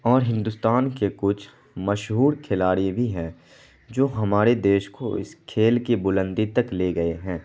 اور ہندوستان کے کچھ مشہور کھلاڑی بھی ہیں جو ہمارے دیس کو اس کھیل کی بلندی تک لے گئے ہیں